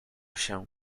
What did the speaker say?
się